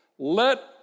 Let